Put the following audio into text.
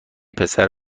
پسر